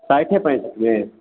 साठिए पैंसठिमे